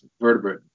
vertebrate